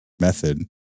method